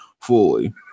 fully